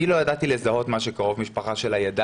אני לא ידעתי לזהות מה שקרוב משפחה שלה ידע